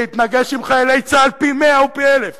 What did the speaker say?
שהתנגש עם חיילי צה"ל פי-מאה ופי-אלף